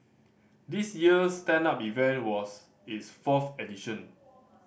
this year's stand up event was its fourth edition